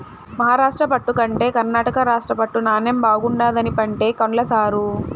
మహారాష్ట్ర పట్టు కంటే కర్ణాటక రాష్ట్ర పట్టు నాణ్ణెం బాగుండాదని పంటే కొన్ల సారూ